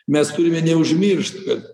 mes turime neužmiršt kad